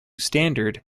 standard